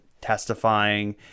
testifying